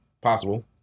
Possible